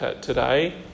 today